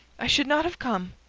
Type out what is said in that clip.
i should not have come.